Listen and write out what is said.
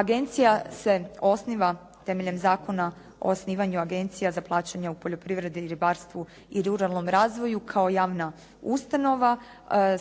Agencija se osniva temeljem Zakona o osnivanju Agencija za plaćanje u poljoprivredi, ribarstvu i ruralnom razvoju kao javna ustanova.